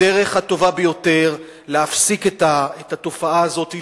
הדרך הטובה ביותר להפסיק את התופעה הזאת היא